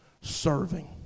serving